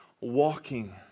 Walking